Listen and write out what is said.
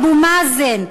אבו מאזן",